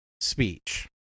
speech